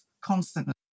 constantly